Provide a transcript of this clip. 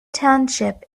township